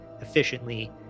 Efficiently